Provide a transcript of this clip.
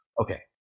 okay